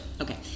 Okay